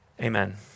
Amen